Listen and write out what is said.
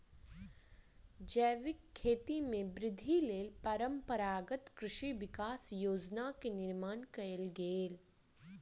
जैविक खेती में वृद्धिक लेल परंपरागत कृषि विकास योजना के निर्माण कयल गेल